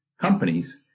companies